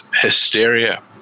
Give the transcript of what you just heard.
hysteria